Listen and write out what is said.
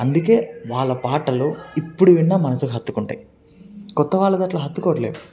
అందుకే వాళ్ళ పాటలు ఇప్పుడు విన్నా మనసుకు హత్తుకుంటాయి కొత్తవాళ్ళకి అలా హత్తుకోవటం లేదు